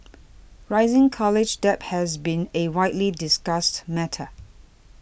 rising college debt has been a widely discussed matter